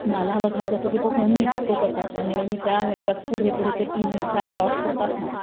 मला बघायचं होतं की तो फोन दिसतो कसा त्यामुळे मी त्या ह्याच्यात पुढे पुढे ते तीन चार डॉट्स असतात ना